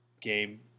game